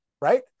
right